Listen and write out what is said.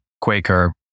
Quaker